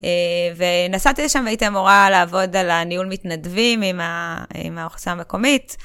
ונסעתי לשם והייתי אמורה לעבוד על הניהול מתנדבים עם האוכלוסיה המקומית.